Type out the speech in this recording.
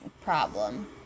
problem